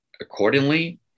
accordingly